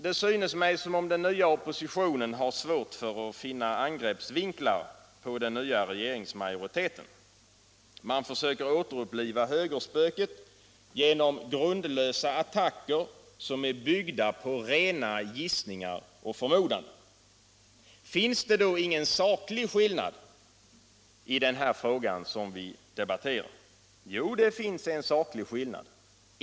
Det synes mig som om den nya oppositionen har svårt att finna angreppsvinklar på den nya riksdagsmajoriteten. Man försöker återuppliva högerspöket genom grundlösa attacker som är byggda på rena gissningar och förmodanden. Finns det då inga sakliga skillnader i den fråga vi debatterar? Jo, det finns en saklig skillnad.